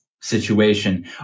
situation